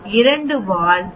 2 வால் 0